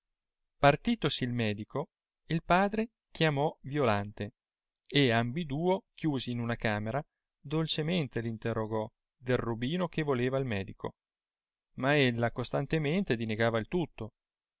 arrete partitosi il medico il padre chiamò violante e ambiduo chiusi in una camera dolcemente r interrogò del robino che voleva il medico ma ella costantemente dinegava il tutto